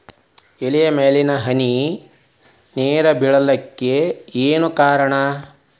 ಎಲೆ ಮ್ಯಾಲ್ ಹನಿ ನೇರ್ ಬಿಳಾಕ್ ಏನು ಕಾರಣ?